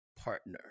partner